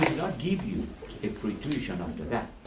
give you free tuition after that.